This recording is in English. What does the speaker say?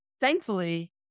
thankfully